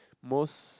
most